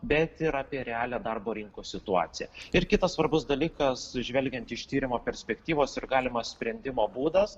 bet ir apie realią darbo rinkos situaciją ir kitas svarbus dalykas žvelgiant iš tyrimo perspektyvos ir galimas sprendimo būdas